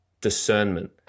discernment